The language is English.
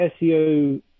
SEO